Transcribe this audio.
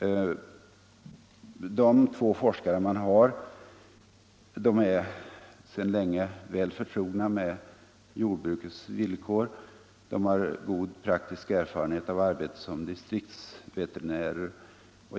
De två forskare man har är sedan länge väl förtrogna med jordbrukets villkor. De har god praktisk erfarenhet av arbetet som distriktsveterinärer.